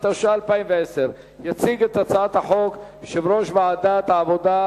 התש"ע 2010. יציג את הצעת החוק יושב-ראש ועדת העבודה,